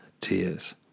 tears